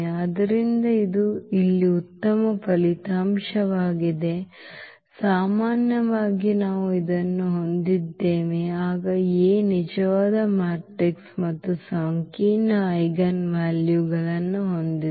ಆದ್ದರಿಂದ ಇದು ಇಲ್ಲಿ ಉತ್ತಮ ಫಲಿತಾಂಶವಾಗಿದೆ ಸಾಮಾನ್ಯವಾಗಿ ನಾವು ಇದನ್ನು ಹೊಂದಿದ್ದೇವೆ ಆಗ A ನಿಜವಾದ ಮ್ಯಾಟ್ರಿಕ್ಸ್ ಮತ್ತು ಸಂಕೀರ್ಣ ಐಜೆನ್ವಾಲ್ಯುಗಳನ್ನು ಹೊಂದಿದೆ